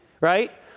right